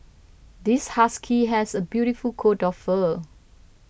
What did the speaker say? this husky has a beautiful coat of fur